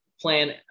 plan